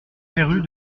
férue